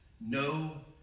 no